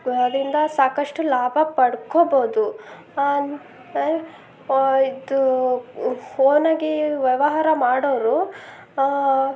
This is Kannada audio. ಅದರಿಂದ ಸಾಕಷ್ಟು ಲಾಭ ಪಡ್ಕೋಬೋದು ಇದು ಓನಾಗಿ ವ್ಯವಹಾರ ಮಾಡೋವ್ರು